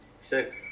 Sick